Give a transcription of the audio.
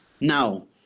now